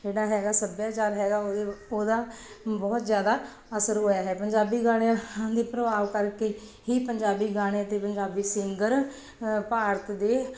ਜਿਹੜਾ ਹੈਗਾ ਸੱਭਿਆਚਾਰ ਹੈਗਾ ਉਹਦਾ ਉਹਦਾ ਬਹੁਤ ਜ਼ਿਆਦਾ ਅਸਰ ਹੋਇਆ ਹੈ ਪੰਜਾਬੀ ਗਾਣਿਆ ਦੇ ਪ੍ਰਭਾਵ ਕਰਕੇ ਹੀ ਪੰਜਾਬੀ ਗਾਣੇ ਅਤੇ ਪੰਜਾਬੀ ਸਿੰਗਰ ਭਾਰਤ ਦੇ